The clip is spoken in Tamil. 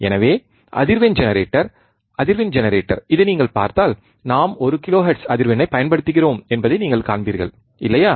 எனவே அதிர்வெண் ஜெனரேட்டர் அதிர்வெண் ஜெனரேட்டர் இதை நீங்கள் பார்த்தால் நாம் ஒரு கிலோஹெர்ட்ஸ் அதிர்வெண்ணைப் பயன்படுத்துகிறோம் என்பதை நீங்கள் காண்பீர்கள் இல்லையா